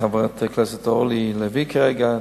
חברת הכנסת אורלי לוי דיברה אתי כרגע,